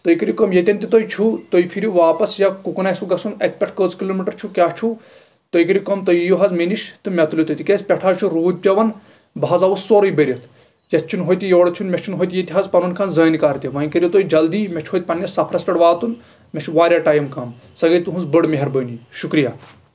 تُہۍ کٔرِو کٲم ییٚتٮ۪ن تہِ تُہۍ چھِو تُہۍ پھرِو واپس یا کُکُن آسوٕ گژھُن اَتہِ پٮ۪ٹھ کٔژ کِلو میٖٹر چھِو کیاہ چھو تُہۍ کٔرِو کٲم تُہۍ یِیو حظ مےٚ نش تہٕ مےٚ تُلو تُہۍ تِکیازِ پٮ۪ٹھٕ حظ چھُ روٗد پیوان بہٕ حظ آوُس سورُے بٔرِتھ یَتھ چھُ نہٕ ہوٚتہِ یورٕ چھُنہٕ مےٚ چھُنہٕ ہوٚتہِ ییٚتہِ حظ پَنُن کانٛہہ زٲنۍ کار تہِ وۄنۍ کٔرِو تُہۍ جلدی مےٚ چھُ ہُتہِ پَنٕنِس سفرس پٮ۪ٹھ واتُن مےٚ چھُ واریاہ ٹایم کَم سۄ گٔیے تُہنٛز بٔڑ مہربٲنی شُکرِیا